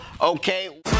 Okay